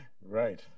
Right